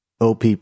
OPP